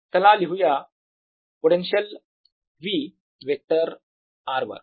चला लिहूया potential V vector r वर